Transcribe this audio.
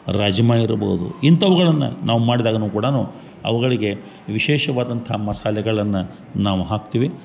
ರಾಜ್ಮಾ ಇರ್ಬೋದು ಇಂಥವುಗಳನ್ನ ನಾವು ಮಾಡಿದಾಗನು ಕೂಡಾನು ಅವುಗಳಿಗೆ ವಿಶೇಷವಾದಂಥ ಮಸಾಲೆಗಳನ್ನ ನಾವು ಹಾಕ್ತೀವಿ